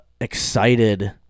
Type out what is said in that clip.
excited